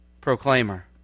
proclaimer